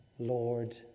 Lord